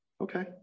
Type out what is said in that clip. Okay